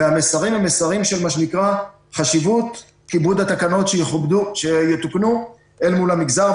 והמסרים הם מסרים של חשיבות כיבוד התקנות שיתוקנו אל מול המגזר,